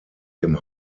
dem